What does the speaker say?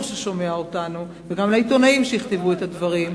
ששומע אותנו וגם לעיתונאים שיכתבו את הדברים,